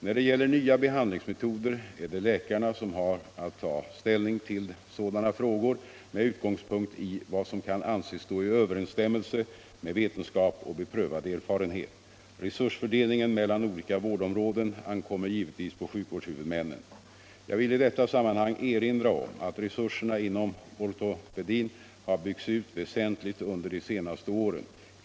När det gäller nya behandlingsmetoder är det läkarna som har att ta ställning till sådana frågor med utgångspunkt i vad som kan anses stå i överensstämmelse med vetenskap och beprövad erfarenhet. Resursfördelningen mellan olika vårdområden ankommer givetvis på sjukvårdshuvudmännen. Jag vill i detta sammanhang erinra om att resurserna inom ortopedin har byggts ut väsentligt under de senaste åren.